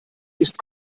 ist